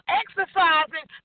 exercising